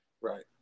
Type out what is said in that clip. Right